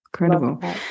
incredible